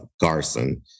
Garson